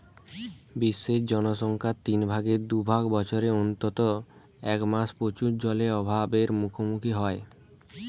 বিশ্বের জনসংখ্যার তিন ভাগের দু ভাগ বছরের অন্তত এক মাস প্রচুর জলের অভাব এর মুখোমুখী হয়